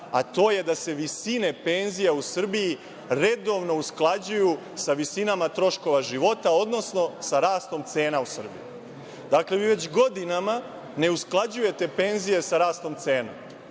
a to je da se visine penzija u Srbiji redovno usklađuju sa visinama troškova života, odnosno sa rastom cena u Srbiji. Dakle, vi već godinama ne usklađujete penzije sa rastom cena.